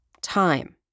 time